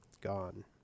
gone